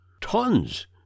Tons